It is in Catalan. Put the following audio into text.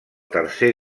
tercer